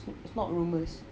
it's not rumours